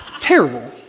Terrible